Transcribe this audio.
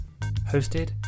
Hosted